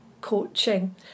coaching